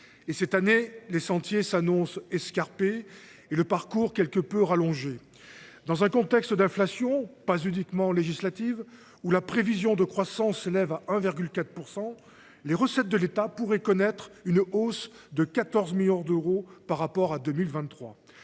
Cette année, les sentiers s’annoncent escarpés et le parcours quelque peu rallongé. Dans un contexte d’inflation, pas uniquement législative, alors que le taux de croissance pour 2024 est estimé à 1,4 %, les recettes de l’État pourraient connaître une hausse de 14 milliards d’euros par rapport à 2023.